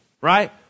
Right